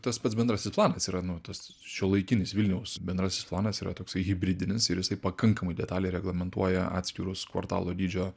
tas pats bendrasis planas yra nu tas šiuolaikinis vilniaus bendrasis planas yra toksai hibridinis ir jisai pakankamai detaliai reglamentuoja atskirus kvartalo dydžio